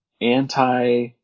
anti-